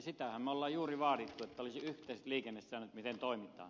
sitähän me olemme juuri vaatineet että olisi yhteiset liikennesäännöt miten toimitaan